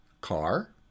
car